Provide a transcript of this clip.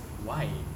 why